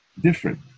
different